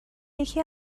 یکی